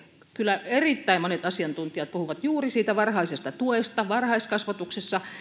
kyllä erittäin monet asiantuntijat puhuvat juuri siitä varhaisesta tuesta varhaiskasvatuksessa